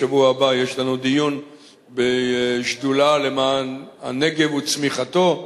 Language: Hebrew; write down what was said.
בשבוע הבא יש לנו דיון בשדולה למען הנגב וצמיחתו,